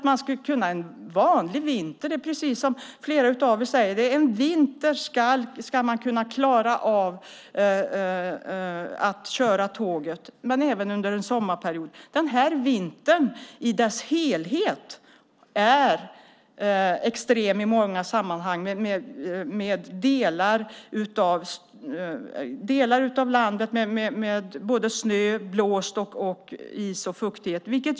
Man ska, precis som flera av er säger, kunna klara av att köra tåg under vintern, men även under sommarperioden. Denna vinter är i sin helhet extrem i många sammanhang med snö, blåst, is och fuktighet i landet.